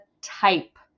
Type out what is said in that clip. type